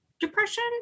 depression